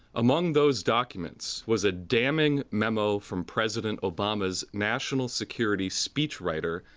among those documents was a damning memo from president obama's national security speech writer,